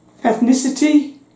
ethnicity